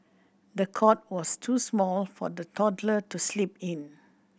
the cot was too small for the toddler to sleep in